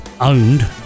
owned